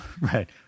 Right